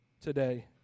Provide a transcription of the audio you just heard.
today